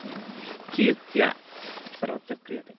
कीर्त्या सर्वत्र क्रियते